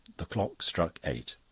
the clock struck eight.